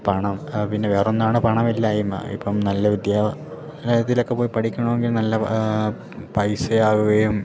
പണം പിന്നെ വേറൊന്നാണ് പണമില്ലായ്മ ഇപ്പം നല്ല വിദ്യാലയത്തിലോക്കെ പോയി പഠിക്കണമെങ്കിൽ നല്ല പൈസയാവുകയും